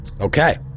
Okay